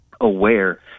aware